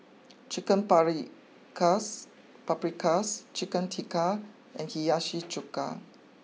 Chicken Paprikas Chicken Tikka and Hiyashi Chuka